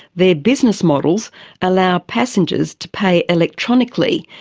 their business model allows passengers to pay electronically,